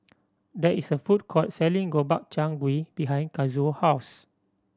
there is a food court selling Gobchang Gui behind Kazuo house